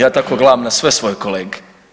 Ja tako gledam na sve svoje kolege.